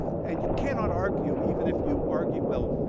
and you cannot argue even if you argue well,